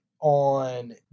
on